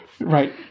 Right